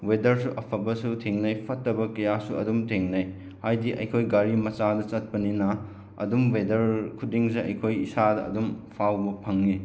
ꯋꯦꯗꯔꯁꯨ ꯑꯐꯕꯁꯨ ꯊꯦꯡꯅꯩ ꯐꯠꯇꯕ ꯀꯌꯥꯁꯨ ꯑꯗꯨꯝ ꯊꯦꯡꯅꯩ ꯍꯥꯏꯗꯤ ꯑꯩꯈꯣꯏ ꯒꯥꯔꯤ ꯃꯆꯥꯗ ꯆꯠꯄꯅꯤꯅ ꯑꯗꯨꯝ ꯋꯦꯗꯔ ꯈꯨꯗꯤꯡꯁꯦ ꯑꯩꯈꯣꯏ ꯏꯁꯥꯗ ꯑꯗꯨꯝ ꯐꯥꯎꯕ ꯐꯪꯏ